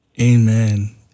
Amen